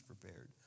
prepared